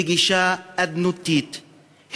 בגישה אדנותית,